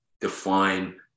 define